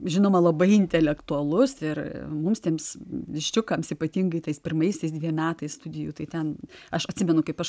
žinoma labai intelektualus ir mums tiems viščiukams ypatingai tais pirmaisiais dviem metais studijų tai ten aš atsimenu kaip aš